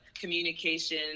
communication